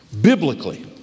Biblically